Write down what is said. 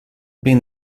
been